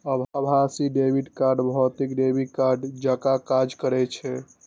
आभासी debit card भौतिक debit कार्डे जकां काज करै छै